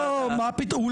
לא, מה פתאום?